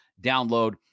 download